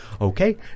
Okay